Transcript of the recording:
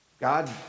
God